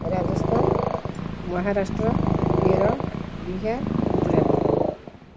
Rajasthan Maharashtra Kerala Bihar Gujarat